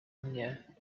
mnie